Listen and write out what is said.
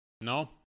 No